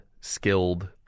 skilled